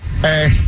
Hey